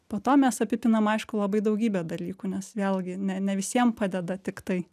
po to mes apipinam aišku labai daugybe dalykų nes vėlgi ne ne visiem padeda tiktai